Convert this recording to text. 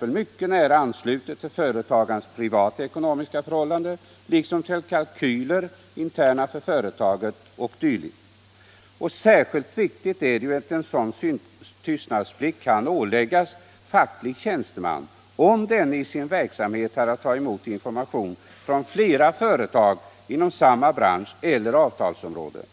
mycket nära ansluter till företagarens privata ekonomiska förhållanden, till företagets interna kalkyler m.m. Särskilt viktigt är att sådan tystnadsplikt kan åläggas facklig tjänsteman, om denne i sin verksamhet har att ta emot informationer från flera företag inom samma bransch eller avtalsområde.